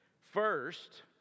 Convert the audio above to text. First